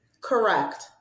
Correct